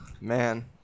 Man